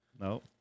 No